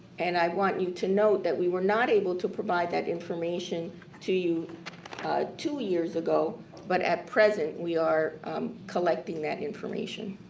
and i want you to note that we were not able to provide that information to you two years ago but at present we are collecting that information.